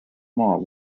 more